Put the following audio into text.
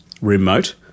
remote